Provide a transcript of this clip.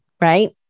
right